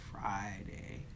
Friday